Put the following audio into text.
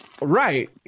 Right